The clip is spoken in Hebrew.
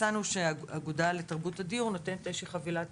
מצאנו שהאגודה לתרבות הדיור נותנת איזושהי חבילת